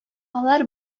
алар